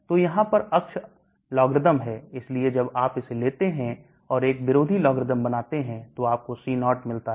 तो यहां पर अक्ष लॉग्र्रिदम है इसलिए जब आप इसे लेते हैं और एक विरोधी लॉग्र्रिदम बनाते हैं तो आपको C0 मिलता है